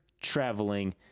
traveling